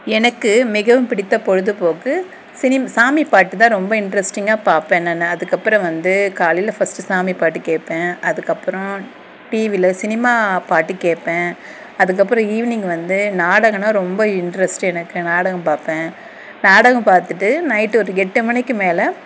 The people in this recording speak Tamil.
எனக்கு மிகவும் பிடித்த பொழுதுபோக்கு சினி சாமிப்பாட்டு தான் ரொம்ப இன்ட்ரஸ்டிங்காக பாப்பேன் நான் அதுக்கப்றம் வந்து காலையில் ஃபஸ்ட்டு சாமிப்பாட்டு கேப்பேன் அதுக்கப்பறம் டிவியில் சினிமா பாட்டு கேப்பேன் அதுக்கப்றம் ஈவ்னிங் வந்து நாடகம்னா ரொம்ப இன்ட்ரஸ்ட்டு எனக்கு நாடகம் பார்ப்பேன் நாடகம் பார்த்துட்டு நைட்டு ஒரு எட்டு மணிக்கு மேல்